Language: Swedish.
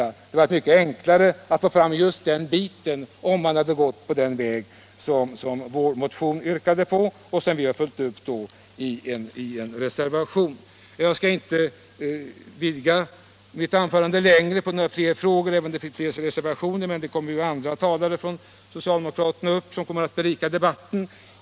Det hade varit mycket enklare att få fram just den biten om man hade gått den väg som yrkas i vår motion, som vi har följt upp med en reservation. Jag skall inte gå in på några fer frågor, även om det finns fler reservationer. Andra socialdemokratiska talare kommer upp och berikar debatten.